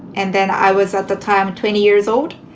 and then i was at the time twenty years old,